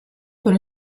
con